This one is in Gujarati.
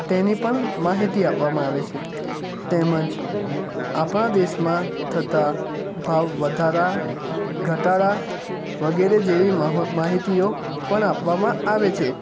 તેની પણ માહિતી આપવામાં આવે છે તેમજ આપણા દેશમાં થતા ભાવ વધારા ઘટાડા વગેરે જેવી માહો માહિતીઓ પણ આપવામાં આવે છે